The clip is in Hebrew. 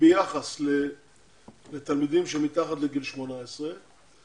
ביחס לתלמידים שמתחת לגיל 18,